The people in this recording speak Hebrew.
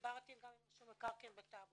דיברתי גם עם רשם מקרקעין בטאבו,